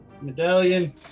medallion